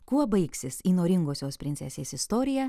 kuo baigsis įnoringosios princesės istorija